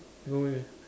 no eh